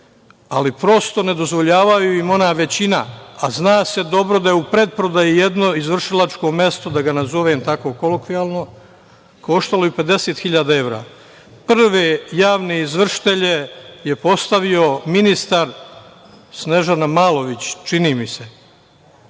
ali, prosto, ne dozvoljava im ona većina, a zna se dobro da je u pretprodaji jedno izvršilačko mesto, da ga nazovem tako kolokvijalno, koštalo i 50.000 evra. Prve javne izvršitelje je postavio ministar Snežana Malović, čini mi se.